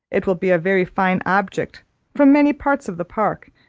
it will be a very fine object from many parts of the park,